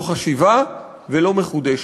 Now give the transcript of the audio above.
לא חשיבה ולא מחודשת.